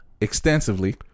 extensively